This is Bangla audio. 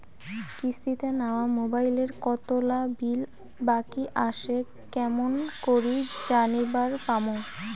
কিস্তিতে নেওয়া মোবাইলের কতোলা বিল বাকি আসে কেমন করি জানিবার পামু?